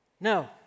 No